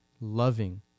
loving